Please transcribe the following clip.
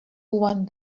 one